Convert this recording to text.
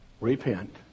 repent